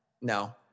No